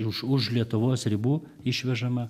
už už lietuvos ribų išvežama